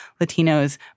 Latinos